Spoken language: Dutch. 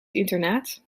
internaat